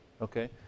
okay